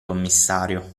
commissario